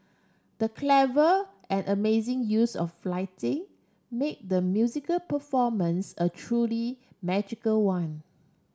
the clever and amazing use of lighting made the musical performance a truly magical one